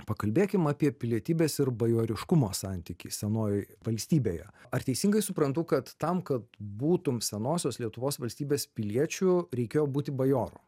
pakalbėkim apie pilietybės ir bajoriškumo santykį senojoj valstybėje ar teisingai suprantu kad tam kad būtum senosios lietuvos valstybės piliečiu reikėjo būti bajoru